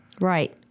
Right